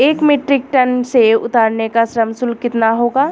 एक metric ton सेव उतारने का श्रम शुल्क कितना होगा?